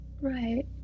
Right